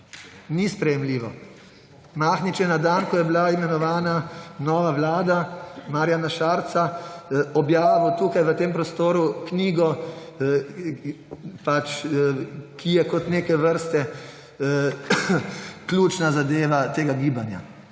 Ni sprejemljivo. Mahnič je na dan, ko je bila imenovana nova vlada Marjana Šarca objavil tukaj v tem prostoru knjigo, ki je kot neke vrste ključna zadeva tega gibanja.